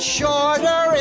shorter